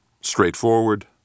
straightforward